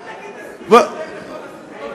אל תגיד: תסכימו אתם לכל הזכויות,